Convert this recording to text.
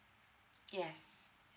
yes